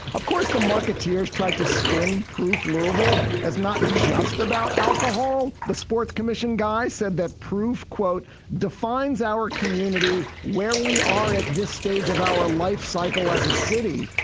of course, the marketeers tried to spin proof louisville as not just about alcohol. the sports commission guys said that proof. quote defines our community where we are at this stage of our life cycle as a city.